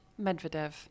Medvedev